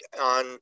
on